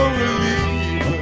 relief